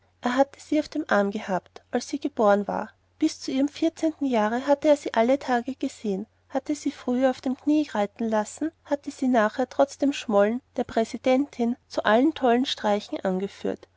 er hatte sie auf dem arm gehabt als sie kaum geboren war bis zu ihrem vierzehnten jahre hatte er sie alle tage gesehen hatte sie früher auf dem knie reiten lassen hatte sie nachher trotz dem schmollen der präsidentin zu allen tollen streichen angeführt